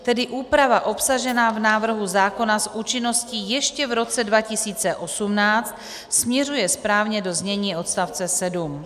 Tedy úprava obsažená v návrhu zákona s účinností ještě v roce 2018 směřuje správně do znění odstavce 7.